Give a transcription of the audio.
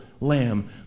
lamb